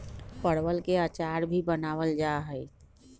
परवल के अचार भी बनावल जाहई